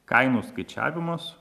kainų skaičiavimus